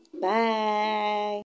Bye